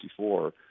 1954 –